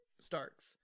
Starks